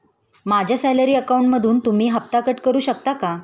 माझ्या सॅलरी अकाउंटमधून तुम्ही हफ्ता कट करू शकता का?